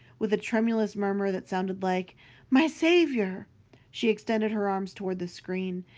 with a tremulous murmur that sounded like my saviour she extended her arms towards the screen.